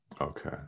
Okay